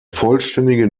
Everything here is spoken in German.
vollständige